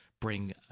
bring